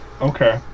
okay